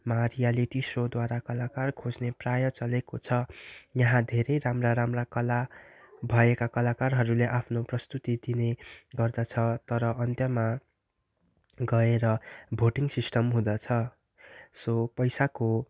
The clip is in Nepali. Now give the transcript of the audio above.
मा रियालिटी सोद्वारा कलाकार खोज्ने प्रायः चलेको छ यहाँ धेरै राम्रा राम्रा कला भएका कलाकारहरूले आफ्नो प्रस्तुति दिने गर्दछ तर अन्त्यमा गएर भोटिङ सिस्टम हुँदछ सो पैसाको